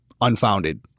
unfounded